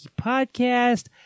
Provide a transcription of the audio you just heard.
Podcast